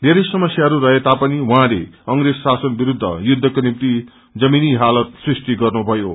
बेरै समस्याहरू रहे तापनि उहाँले अंग्रेज शासन विरूद्ध युद्धको निम्ति जमीनी हालत सुष्टि गर्नु भ्यो